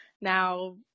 Now